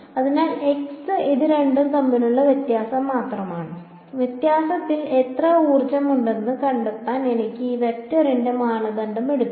അതിനാൽ x ഇത് രണ്ടും തമ്മിലുള്ള വ്യത്യാസം മാത്രമാണ് വ്യത്യാസത്തിൽ എത്ര ഊർജ്ജം ഉണ്ടെന്ന് കണ്ടെത്താൻ എനിക്ക് ഈ വെക്റ്ററിന്റെ മാനദണ്ഡം എടുക്കാം